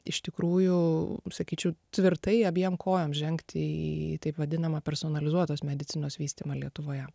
iš tikrųjų sakyčiau tvirtai abiem kojom žengti į taip vadinamą personalizuotos medicinos vystymą lietuvoje